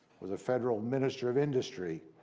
was a federal minister of industry,